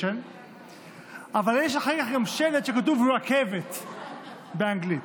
אבל יש גם שלט שכתוב: rakevet באנגלית,